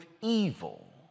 evil